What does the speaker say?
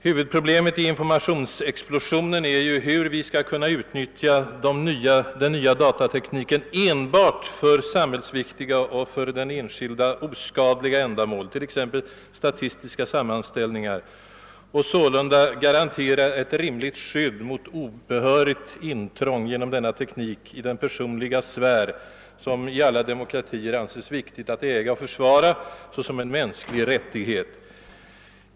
Huvudproblemet i informationsexplo sionen är ju hur vi skall kunna utnyttja den nya datatekniken enbart för samhällsviktiga och för den enskilde oskadliga ändamål, t.ex. statistiska sammanställningar, och sålunda garantera ett rimligt skydd mot obehörigt intrång genom denna teknik i den personliga sfär, som det i alla demokratier anses viktigt att äga och försvara som en mänsklig rättighet.